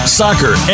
soccer